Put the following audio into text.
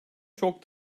çok